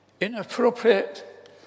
inappropriate